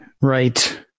Right